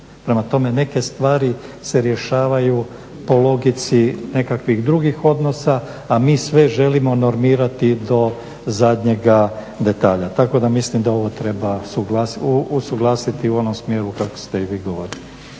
Prema tome, neke stvari se rješavaju po logici nekakvih drugih odnosa, a mi sve želimo normirati do zadnjega detalja. Tako da mislim da ovo treba usuglasiti u onom smjeru kako ste i vi govorili.